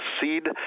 seed